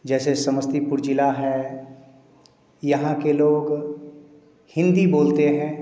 जैसे समस्तीपुर जिला है यहाँ के लोग हिंदी बोलते हैं